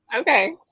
Okay